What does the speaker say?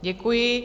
Děkuji.